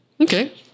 Okay